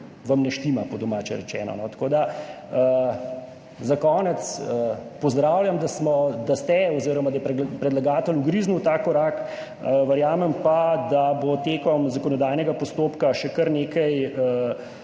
ne štima, po domače rečeno. Za konec pozdravljam, da smo, da ste oziroma da je predlagatelj ugriznil v ta korak, verjamem pa, da bo tekom zakonodajnega postopka še kar nekaj